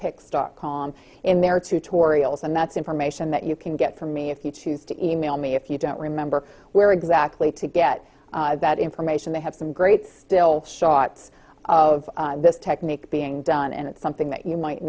in their tutorials and that's information that you can get from me if you choose to email me if you don't remember where exactly to get that information they have some great still shots of this technique being done and it's something that you might